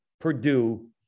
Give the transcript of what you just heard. Purdue